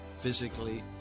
physically